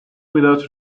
without